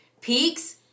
peaks